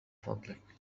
فضلك